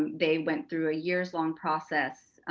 they went through a years long process